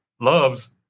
loves